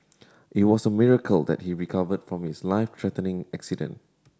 it was a miracle that he recovered from his life threatening accident